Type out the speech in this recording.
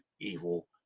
evil